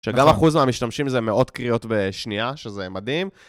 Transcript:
שגם אחוז מהמשתמשים זה מאות קריאות בשנייה, שזה מדהים.